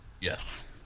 Yes